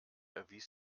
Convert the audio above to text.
erwies